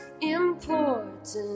important